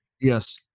Yes